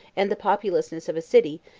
and the populousness of a city,